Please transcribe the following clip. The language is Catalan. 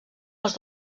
els